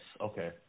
Okay